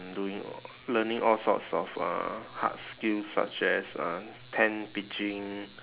doing or learning all sorts of uh hard skills such as uh tent pitching